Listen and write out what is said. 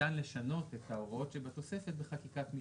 ניתן לשנות את ההוראות שבתוספת בחקיקת משנה.